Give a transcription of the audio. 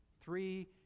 Three